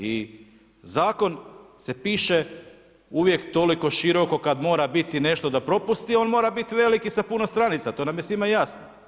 I zakon se piše uvijek toliko široko kad mora biti nešto da propusti, on mora biti veliki i sa puno stranica, to nam je svima jasno.